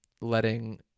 letting